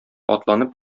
атланып